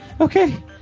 okay